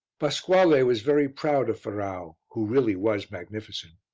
pasquale was very proud of ferrau who really was magnificent.